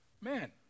man